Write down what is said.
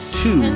two